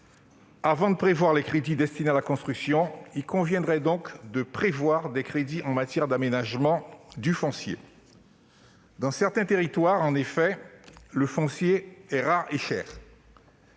avant de prévoir des crédits destinés à la construction, il conviendrait d'en prévoir pour l'aménagement du foncier. Dans certains territoires, en effet, le foncier est rare et cher.